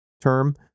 term